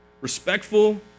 Respectful